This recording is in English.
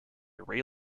ray